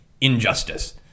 injustice